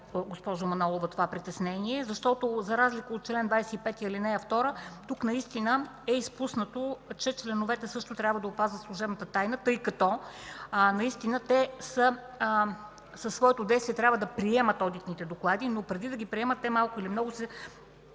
госпожо Манолова, това притеснение. За разлика от чл. 25, ал. 2 тук наистина е изпуснато, че членовете също трябва да опазват служебната тайна, тъй като наистина те със своето действие трябва да приемат одитните доклади. Преди да се приемат обаче малко или много